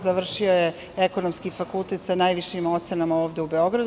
Završio je ekonomski fakultet sa najvišim ocenama ovde u Beogradu.